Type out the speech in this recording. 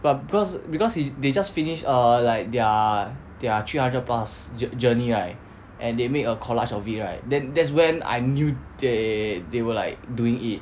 but because because he's they just finished err like their their three hundred plus jour~ journey right and they made a collage of it right then that's when I knew they they were like doing it